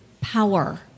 power